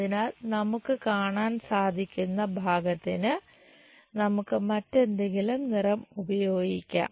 അതിനാൽ നമുക്ക് കാണാൻ സാധിക്കുന്ന ഭാഗത്തിന് നമുക്ക് മറ്റെന്തെങ്കിലും നിറം ഉപയോഗിക്കാം